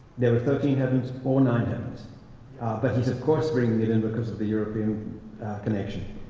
there were thirteen heavens or nine heavens but he's, of course, bringing it in because of the european connection.